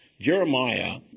Jeremiah